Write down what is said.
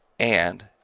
and